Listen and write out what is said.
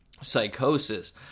psychosis